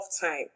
time